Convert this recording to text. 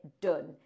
done